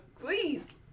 Please